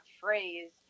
phrase